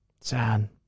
sad